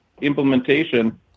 implementation